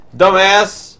dumbass